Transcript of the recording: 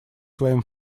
своим